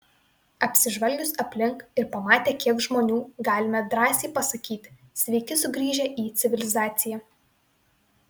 apsižvalgius aplink ir pamatę kiek žmonių galime drąsiai pasakyti sveiki sugrįžę į civilizaciją